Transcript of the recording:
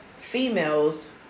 females